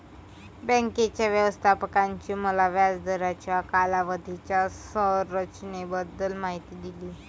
बँकेच्या व्यवस्थापकाने मला व्याज दराच्या कालावधीच्या संरचनेबद्दल माहिती दिली